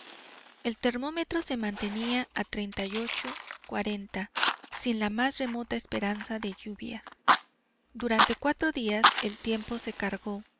el termómetro se mantenía a sin la más remota esperanza de lluvia durante cuatro días el tiempo se cargó